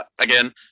again